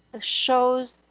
shows